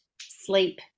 sleep